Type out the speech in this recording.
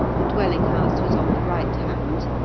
the dwelling-house was on the right hand,